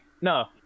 No